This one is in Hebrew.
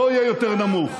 לא יהיה יותר נמוך.